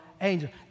angels